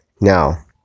Now